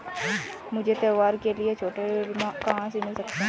मुझे त्योहारों के लिए छोटे ऋण कहाँ से मिल सकते हैं?